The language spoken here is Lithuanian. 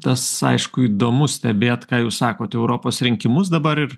tas aišku įdomu stebėt ką jūs sakot europos rinkimus dabar ir